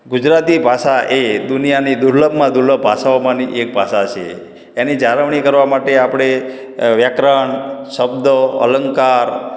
ગુજરાતી ભાષા એ દુનિયાની દુર્લભમાં દુર્લભ ભાષાઓમાંની એક ભાષા છે એની જાળવણી કરવા માટે આપણે વ્યાકરણ શબ્દો અલંકાર